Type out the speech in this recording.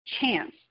chance